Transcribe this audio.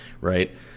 Right